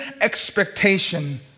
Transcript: expectation